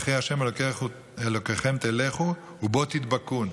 "אחרי ה' אלהיכם תלכו, ובו תדבקון".